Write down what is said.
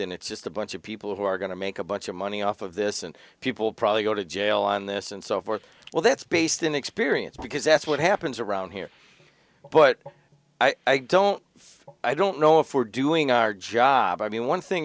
and it's just a bunch of people who are going to make a bunch of money off of this and people probably go to jail on this and so forth well that's based on experience because that's what happens around here but i don't i don't know if we're doing our job i mean one thing